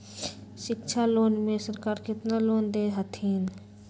शिक्षा लोन में सरकार केतना लोन दे हथिन?